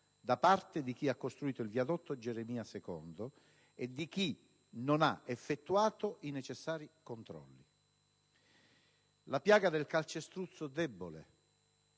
da parte di chi ha costruito il viadotto "Geremia 2" e di chi non ha effettuato i necessari controlli. La piaga del calcestruzzo debole